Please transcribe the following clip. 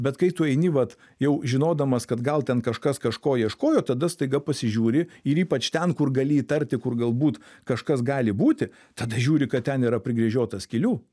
bet kai tu eini vat jau žinodamas kad gal ten kažkas kažko ieškojo tada staiga pasižiūri ir ypač ten kur gali įtarti kur galbūt kažkas gali būti tada žiūri kad ten yra prigręžiota skylių